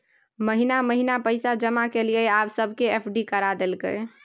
महिना महिना पैसा जमा केलियै आब सबके एफ.डी करा देलकै